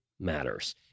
matters